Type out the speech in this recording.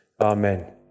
Amen